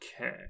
Okay